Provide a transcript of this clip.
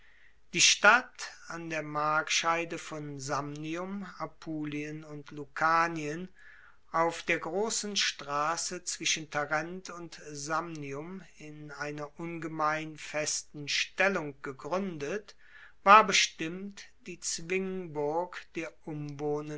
die stadt an der markscheide von samnium apulien und lucanien auf der grossen strasse zwischen tarent und samnium in einer ungemein festen stellung gegruendet war bestimmt die zwingburg der